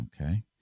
Okay